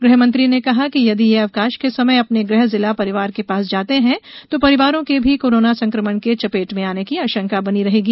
गृह मंत्री ने कहा कि यदि यह अवकाश के समय अपर्न गृह जिला परिवार के पास जाते हैं तो परिजनों के भी कोरोना संक्रमण के चपेट में आने की आशंका बनी रहेगी